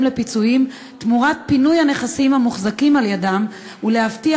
לפיצויים תמורת פינוי הנכסים המוחזקים על-ידם ולהבטיח